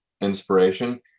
inspiration